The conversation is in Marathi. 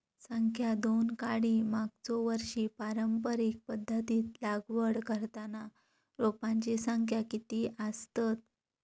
संख्या दोन काडी मागचो वर्षी पारंपरिक पध्दतीत लागवड करताना रोपांची संख्या किती आसतत?